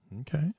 Okay